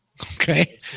Okay